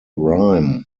rhyme